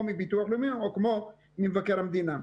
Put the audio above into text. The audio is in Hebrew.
מביטוח לאומי או כמו ממבקר המדינה.